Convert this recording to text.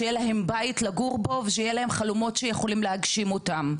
שיהיה להם בית לגור בו ושיהיו להם חלומות שהם יכולים להגשים אותם.